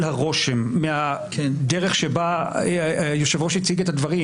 הרושם מהדרך שבה היושב-ראש הציג את הדברים,